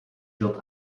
wird